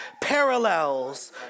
parallels